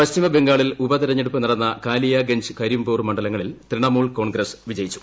പശ്ചിമബംഗാളിൽ ഉപതെരഞ്ഞെടുപ്പ് നടന്ന കാലിയാഗഞ്ച് കരിംപൂർ മണ്ഡലങ്ങളിൽ ത്രിണമൂൽ കോൺഗ്രസ് വിജയിച്ചു